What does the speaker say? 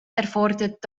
erfordert